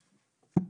אהלן,